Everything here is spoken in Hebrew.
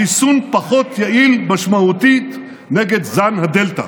החיסון פחות יעיל משמעותית נגד זן הדלתא,